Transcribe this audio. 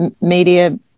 media